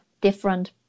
different